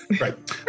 right